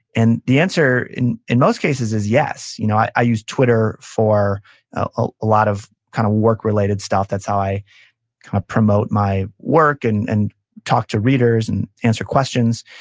and the answer, in in most cases, is yes. you know i i use twitter for a lot of kind of work-related stuff. that's how i kind of promote my work, and and talk to readers, and answer questions.